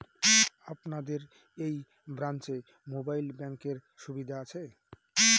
আপনাদের এই ব্রাঞ্চে মোবাইল ব্যাংকের সুবিধে আছে?